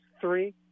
three